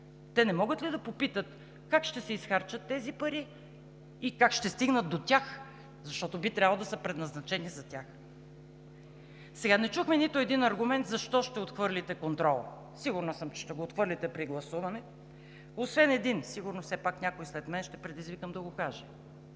Те не могат ли да попитат как ще се изхарчат тези пари и как ще стигнат до тях, защото би трябвало да са предназначени за тях?! Сега не чухме нито един аргумент защо ще отхвърлите контрола? Сигурна съм, че ще го отхвърлите при гласуване, освен един, сигурно все пак някой след мен ще предизвикам да го каже